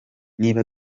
niba